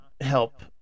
help